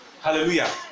Hallelujah